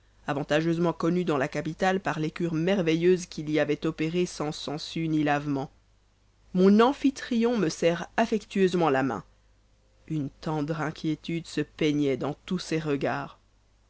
avantageusement connu dans la capitale par les cures merveilleuses qu'il y avait opérées sans sangsues ni lavemens mon amphytrion me serre affectueusement la main une tendre inquiétude se peignait dans tous ses regards